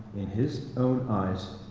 in his own eyes,